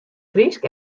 frysk